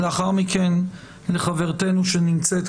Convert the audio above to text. כי התייחסנו